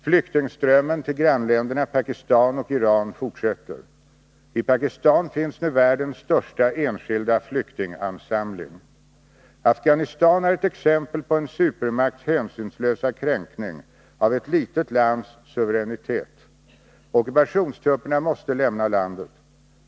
Flyktingströmmen till grannländerna Pakistan och Iran fortsätter. I Pakistan finns nu världens största enskilda flyktingansamling. Afghanistan är ett exempel på en supermakts hänsynslösa kränkning av ett litet lands suveränitet. Ockupationstrupperna måste lämna landet.